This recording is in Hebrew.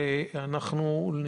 יש שיגידו שזו בשורה רעה,